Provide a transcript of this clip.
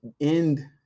end